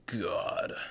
god